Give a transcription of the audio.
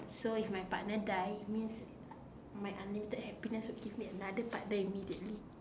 so if my partner dies that means my unlimited happiness will give me another partner immediately